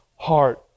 heart